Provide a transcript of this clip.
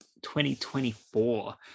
2024